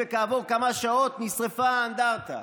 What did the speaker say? וכעבור כמה שעות נשרפה האנדרטה.